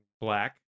black